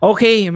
Okay